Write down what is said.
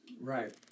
Right